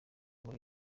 muri